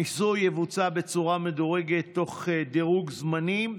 המיסוי יבוצע בצורה מדורגת, תוך דירוג זמנים,